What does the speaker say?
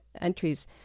entries